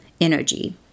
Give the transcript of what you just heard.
energy